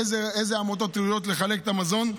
אילו עמותות ראויות לחלק את המזון.